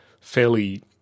fairly